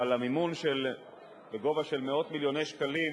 אבל המימון בגובה מאות-מיליוני שקלים